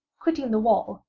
quitting the wall,